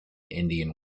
indian